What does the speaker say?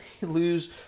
lose